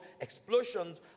explosions